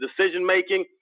decision-making